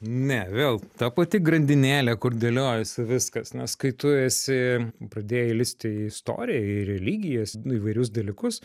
ne vėl ta pati grandinėlė kur dėliojasi viskas nes kai tu esi pradėjai lįsti į istoriją į religijas nu įvairius dalykus